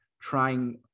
trying